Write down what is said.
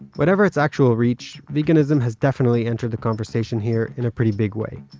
whatever its actual reach, veganism has definitely entered the conversation here in a pretty big way,